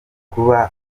kuba